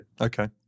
Okay